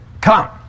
Come